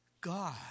God